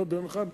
לא ביום אחד,